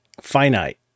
finite